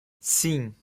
sim